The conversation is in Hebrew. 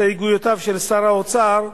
הסתייגויותיו של שר האוצר,